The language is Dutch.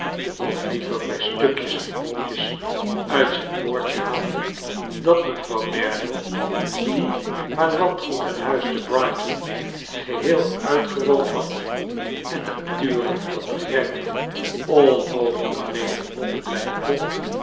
of liever bij stukjes en brokjes uit zijn boordje haalde dat mevrouw merdle die haar landgoed en huis te brighton geheel uitgewoond had en natuurlijk dat begrijpt u onmogelijk alleen in londen blijven kon